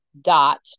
dot